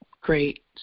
Great